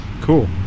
cool